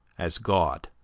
as god.